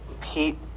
Pete